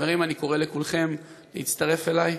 חברים, אני קורא לכולכם להצטרף אלי.